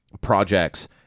projects